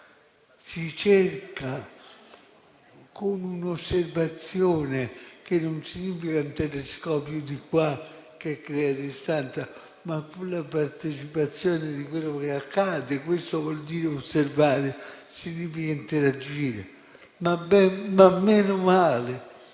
Si cerca con un'osservazione, che non significa un telescopio di qua che crea distanza, ma pur la partecipazione di quello che accade. Questo vuol dire osservare, significa interagire. Ma meno male!